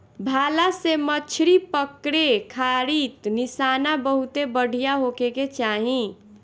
भाला से मछरी पकड़े खारित निशाना बहुते बढ़िया होखे के चाही